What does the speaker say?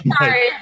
Sorry